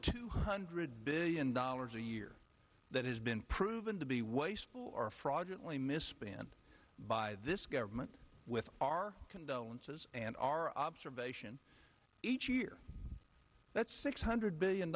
two hundred billion dollars a year that has been proven to be wasteful are fraudulent only misspent by this government with our condolences and our observation each year that's six hundred billion